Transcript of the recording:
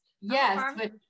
yes